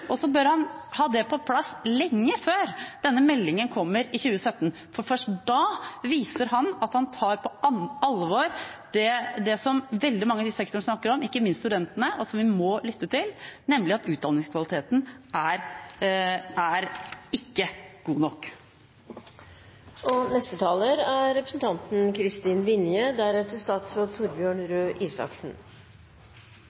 og så bør han ha det på plass lenge før meldingen kommer i 2017, for først da viser han at han tar på alvor det som veldig mange i sektoren snakker om, ikke minst studentene, og som vi må lytte til, nemlig at utdanningskvaliteten ikke er god nok.